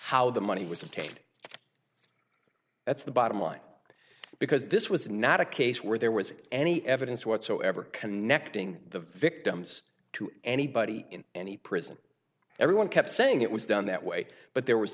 how the money was of cake that's the bottom line because this was not a case where there was any evidence whatsoever connecting the victims to anybody in any prison everyone kept saying it was done that way but there was